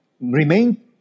remain